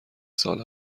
سال